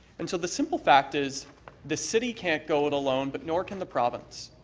and so the simple fact is the city can't go it alone but nor can the province.